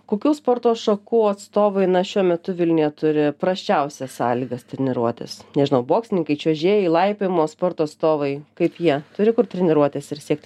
kokių sporto šakų atstovai na šiuo metu vilniuje turi prasčiausias sąlygas treniruotis nežinau boksininkai čiuožėjai laipiojimo sporto atstovai kaip jie turi kur treniruotis ir siekt